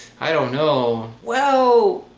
i don't know, well.